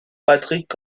patrick